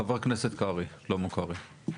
חה"כ שלמה קרעי.